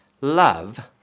Love